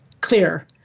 clear